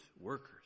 workers